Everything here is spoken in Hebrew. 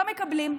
לא מקבלים.